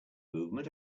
movement